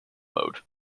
mode